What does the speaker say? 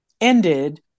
ended